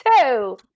two